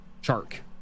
shark